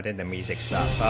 the music south